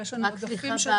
עודפים.